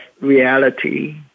reality